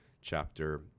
chapter